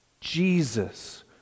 Jesus